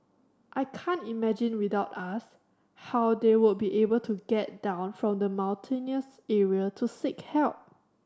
I can't imagine without us how they would be able to get down from the mountainous area to seek help